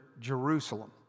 Jerusalem